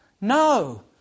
No